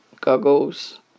goggles